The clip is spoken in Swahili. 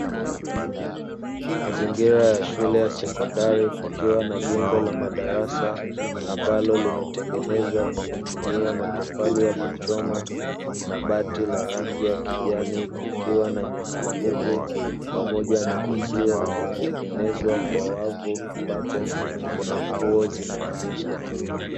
Mazingira ya Shule ya Sekondari kukiwa na jengo la madarasa ambalo limetengenezwa kwa kutumia matofali ya kuchoma na bati la rangi ya kijani. Kukiwa na nyasi fupi pamoja na uzio uliotengenezwa kwa wavu ambapo Kuna nguo zimeanikwa.